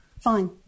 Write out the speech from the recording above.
fine